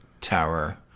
Tower